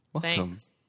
Thanks